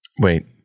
Wait